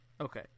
Okay